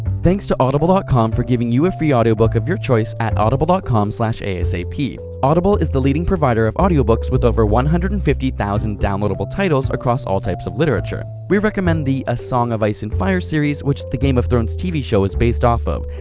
thanks to audible dot com for giving you a free audio book of your choice at audible com asap. audible is the leading provider of audio books with over one hundred and fifty thousand downloadable titles across all types of literature. we recommend the a song of ice and fire series, which the game of thrones tv show is based off of.